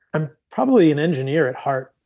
i'm probably an engineer at heart.